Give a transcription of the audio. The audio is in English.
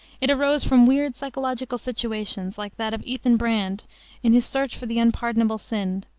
it arose from weird psychological situations like that of ethan brand in his search for the unpardonable sin.